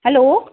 hello